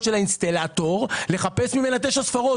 של האינסטלטור לכדי לקבל ממנה תשע ספרות.